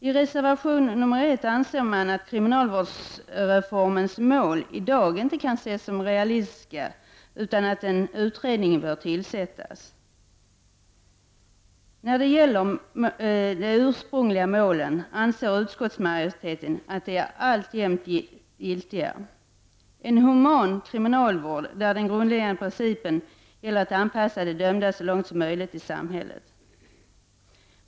I reservation 1 anser man att kriminalvårdsreformens mål i dag inte kan ses som realistiska utan att en utredning bör tillsättas. När det gäller de ursprungliga målen anser utskottsmajoriteten att de alltjämt är giltiga: en human kriminalvård där den grundläggande principen är att anpassa de dömda så långt som möjligt till samhället.